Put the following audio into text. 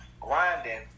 grinding